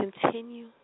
continue